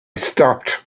stopped